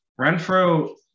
Renfro